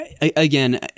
Again